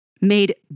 made